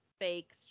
fake